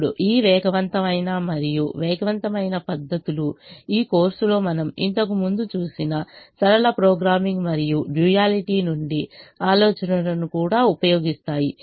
ఇప్పుడు ఈ వేగవంతమైన మరియు వేగవంతమైన పద్ధతులు ఈ కోర్సులో మనం ఇంతకు ముందు చూసిన సరళ ప్రోగ్రామింగ్ మరియు డ్యూయలీటి నుండి ఆలోచనలను కూడా ఉపయోగిస్తాయి